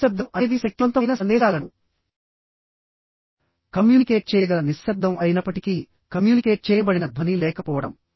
నిశ్శబ్దం అనేది శక్తివంతమైన సందేశాలను కమ్యూనికేట్ చేయగల నిశ్శబ్దం అయినప్పటికీ కమ్యూనికేట్ చేయబడిన ధ్వని లేకపోవడం